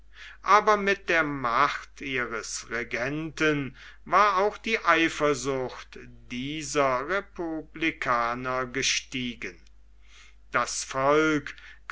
aber mit der macht ihres regenten war auch die eifersucht dieser republikaner gestiegen das volk